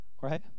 Right